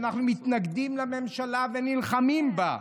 שאנחנו מתנגדים לממשלה ונלחמים בה,